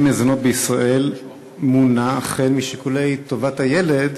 מזונות בישראל אכן מונע משיקולי טובת הילד,